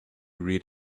read